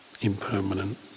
impermanent